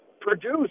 produce